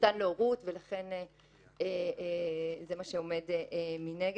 ובזכותן להורות, ולכן זה מה שעומד מנגד.